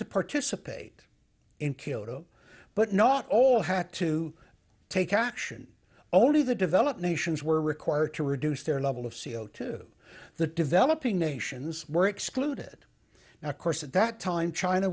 to participate in kildow but not all had to take action only the developed nations were required to reduce their level of c o two the developing nations were excluded now of course at that time china